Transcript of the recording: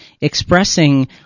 expressing